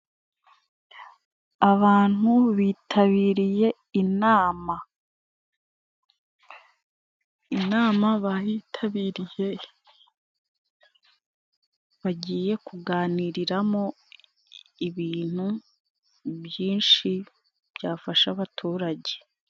Abantu bitabiriye inama. Inama bayitabiriye, bagiye kuganiriramo ibintu byinshi byafasha abaturage.